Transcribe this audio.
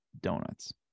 donuts